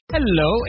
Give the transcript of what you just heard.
Hello